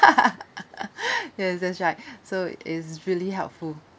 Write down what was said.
yes that's right so is really helpful